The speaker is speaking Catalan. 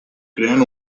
creant